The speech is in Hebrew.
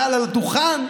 מעל הדוכן,